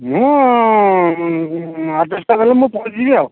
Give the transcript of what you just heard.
ମୁଁ ଚେଷ୍ଟା କଲେ ମୁଁ ପହଞ୍ଚିଯିବି ଆଉ